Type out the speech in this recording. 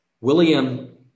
William